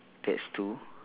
that's two